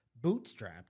bootstrapped